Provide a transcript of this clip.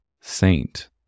saint